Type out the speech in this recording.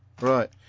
right